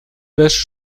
wäscht